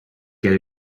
get